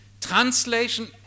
translation